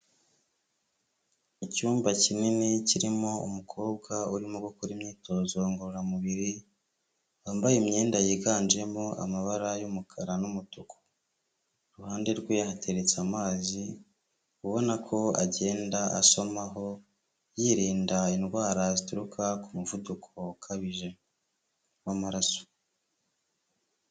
Icyumba kinini kirimo umukobwa urimo gukora imyitozo ngororamubiri, wambaye imyenda yiganjemo amabara y'umukara n'umutuku, iruhande rwe hateretse amazi, ubona ko agenda asomaho, yirinda indwara zituruka ku muvuduko ukabije w'amaraso.